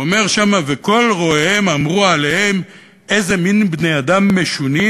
הוא אומר שם: "וכל רואיהם / אמרו עליהם: איזה מין בני-אדם משונים!